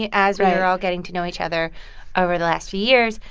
as we were all getting to know each other over the last few years.